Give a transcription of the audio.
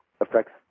affects